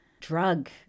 drug